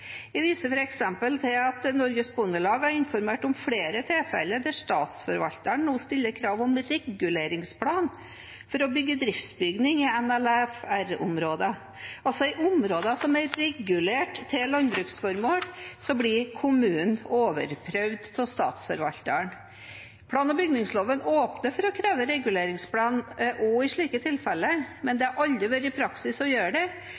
Jeg viser f.eks. til at Norges Bondelag har informert om flere tilfeller der Statsforvalteren nå stiller krav om reguleringsplan for å bygge driftsbygning i LNFR-områder. I områder som er regulert til landbruksformål, blir altså kommunen overprøvd av Statsforvalteren. Plan- og bygningsloven åpner for å kreve reguleringsplan også i slike tilfeller, men det har aldri vært praksis å gjøre det,